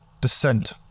descent